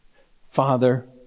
Father